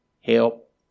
Help